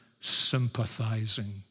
sympathizing